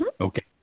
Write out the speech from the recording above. Okay